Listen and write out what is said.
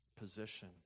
position